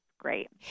great